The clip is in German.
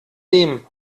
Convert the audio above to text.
dem